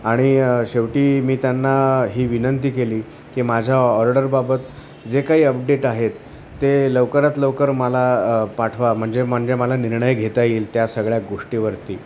आणि शेवटी मी त्यांना ही विनंती केली की माझ्या ऑर्डरबाबत जे काही अपडेट आहेत ते लवकरात लवकर मला पाठवा म्हणजे म्हणजे मला निर्णय घेता येईल त्या सगळ्या गोष्टीवरती